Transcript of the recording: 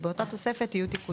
אלא באותה תוספת יהיו תיקונים.